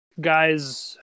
guys